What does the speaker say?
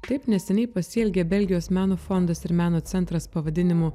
taip neseniai pasielgė belgijos meno fondas ir meno centras pavadinimu